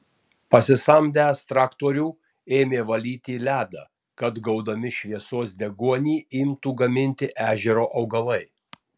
pasisamdęs traktorių ėmė valyti ledą kad gaudami šviesos deguonį imtų gaminti ežero augalai